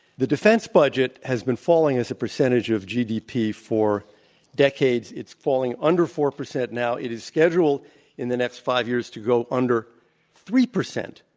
the defense budget has been falling as a percentage of gdp for decades. it's falling under four percent now. it is scheduled in the next five years to go under three percent